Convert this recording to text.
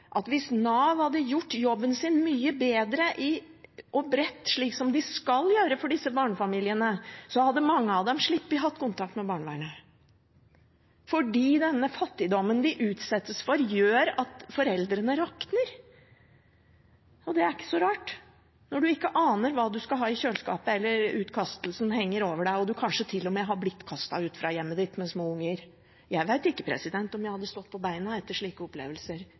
at hvis Nav hadde gjort jobben sin mye bedre, og bredt, slik som de skal gjøre for disse barnefamiliene, hadde mange sluppet å ha kontakt med barnevernet – for den fattigdommen de utsettes for, gjør at foreldrene rakner, og det er ikke så rart når man ikke aner hva man skal ha i kjøleskapet, eller utkastelsen henger over deg og du kanskje til og med har blitt kastet ut fra hjemmet ditt, med små unger. Jeg vet ikke om jeg hadde stått på beina etter slike opplevelser.